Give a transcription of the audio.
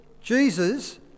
Jesus